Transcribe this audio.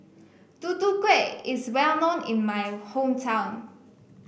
Tutu Kueh is well known in my hometown